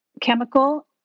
chemical